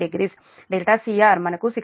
190 δcr మనకు 62